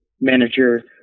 manager